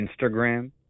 Instagram